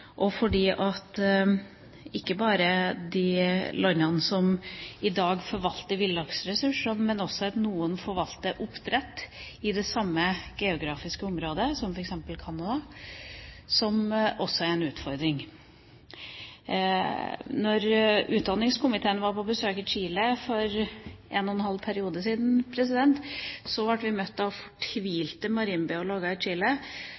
og det gjelder ikke bare de landene som i dag forvalter villaksressurser, men også noen som forvalter oppdrett i det samme geografiske området, som f.eks. Canada, noe som også er en utfordring. Da utdanningskomiteen var på besøk i Chile for en og en halv periode siden, ble vi møtt av fortvilte marinbiologer som så at norske oppdrettere brukte norsk-atlantisk laks til oppdrett i